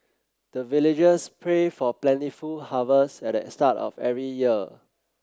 the villagers pray for plentiful harvest at the start of every year